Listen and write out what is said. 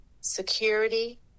security